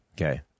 Okay